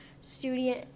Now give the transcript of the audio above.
student